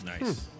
Nice